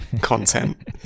content